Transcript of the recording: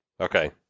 Okay